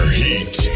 heat